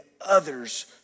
others